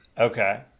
Okay